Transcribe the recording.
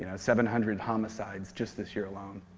yeah seven hundred homicides just this year alone.